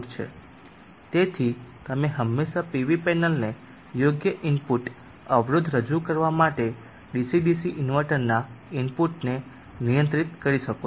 તેથી તેથી તમે હંમેશા PV પેનલને યોગ્ય ઇનપુટ અવરોધ રજૂ કરવા માટે ડીસી ડીસી કન્વર્ટરના ઇનપુટને નિયંત્રિત કરી શકો છો